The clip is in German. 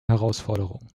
herausforderungen